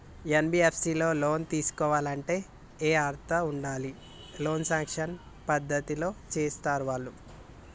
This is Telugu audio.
ఎన్.బి.ఎఫ్.ఎస్ లో లోన్ తీస్కోవాలంటే ఏం అర్హత ఉండాలి? లోన్ సాంక్షన్ ఏ పద్ధతి లో చేస్తరు వాళ్లు?